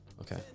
okay